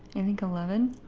i think eleven.